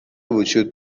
وجود